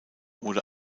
wurde